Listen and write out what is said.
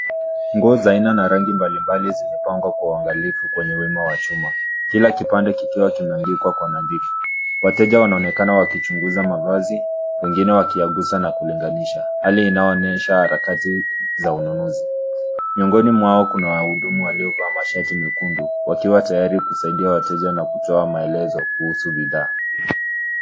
Nguo za aina na rangi mbalimbali zimepangwa kwa uangalifu kwenye wema wa chuma kila kipande kikiwa kinaangikwa kwa nadhifu. Wateja wanaonekana wakichunguza mavazi wengine wakiyaguza na kulinganisha hali inayoonyesha harakati za ununuzi miongoni mwao. Kuna wahudumu waliovaa masharti nyekundu wakiwa tayari kusaidia wateja na kutoa maelezo kuhusu bidhaa.